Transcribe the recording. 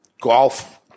golf